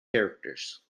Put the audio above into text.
characters